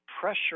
pressure